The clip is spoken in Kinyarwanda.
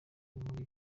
muri